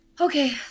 okay